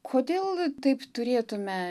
kodėl taip turėtume